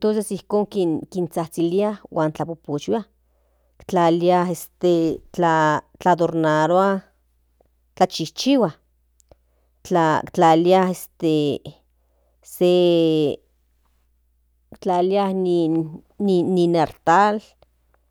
tos ijkon zhazhilia huan pochpochihuia tlalilia este tladornarua tlachijchiua tlalia see tlalia ni ni altar